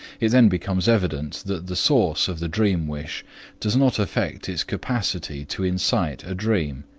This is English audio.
it then becomes evident that the source of the dream-wish does not affect its capacity to incite a dream.